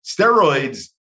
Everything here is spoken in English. steroids